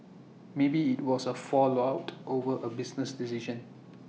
maybe IT was A fallout over A business decision